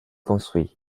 construit